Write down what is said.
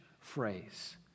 phrase